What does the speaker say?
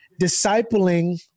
discipling